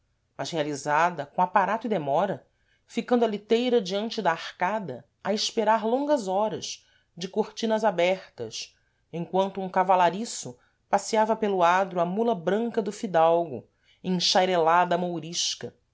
mas realizada com aparato e demora ficando a liteira diante da arcada a esperar longas horas de cortinas abertas emquanto um cavalariço passeava pelo adro a mula branca do fidalgo enxairelada à mourisca